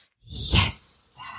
yes